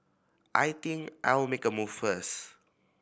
I think I'll make a move first